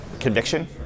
conviction